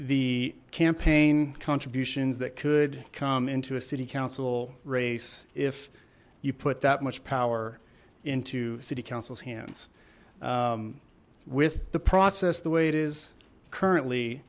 the campaign contributions that could come into a city council race if you put that much power into city council's hands with the process the way it is